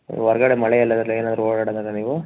ಹೊರ್ಗಡೆ ಮಳೆಯಲ್ಲಿ ಅದ್ರಲ್ಲಿ ಏನಾದರೂ ಓಡಾಡಿದ್ರಾ ನೀವು